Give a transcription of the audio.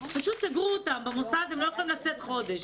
פשוט סגרו אותם במוסד והם לא יכולים לצאת במשך חודש.